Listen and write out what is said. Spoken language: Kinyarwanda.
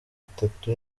itatu